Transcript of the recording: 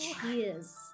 cheers